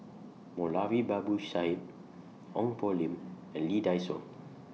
Moulavi Babu Sahib Ong Poh Lim and Lee Dai Soh